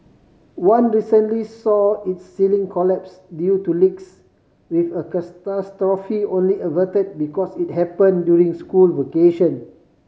one recently saw its ceiling collapse due to leaks with a catastrophe only averted because it happen during school vacation